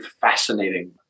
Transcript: fascinating